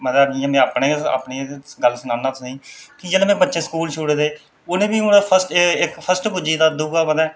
मतलब जि'यां में अपने अपनी गै गल्ल सनाना तुसें ई कि जेल्लै में बच्चे स्कूल छोड़े ते उ'नें ई हून इक फस्ट फस्ट पुज्जी दा दूआ मतलब